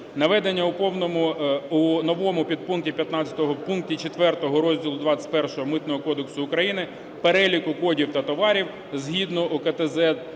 наведення у новому підпункті 15 пункті 4 розділу ХХІ Митного кодексу України переліку кодів та товарів згідно УКТЗЕД,